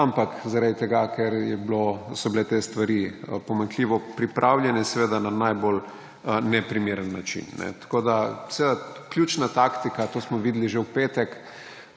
ampak zaradi tega, ker so bile te stvari pomanjkljivo pripravljene, seveda na najbolj neprimeren način. Seveda ključna taktika, to smo videl že v petek,